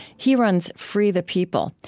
he runs free the people.